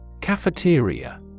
Cafeteria